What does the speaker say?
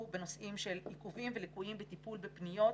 בנושאים של עיכובים וליקויים בטיפול בפניות